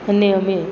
અને અમે